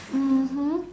mmhmm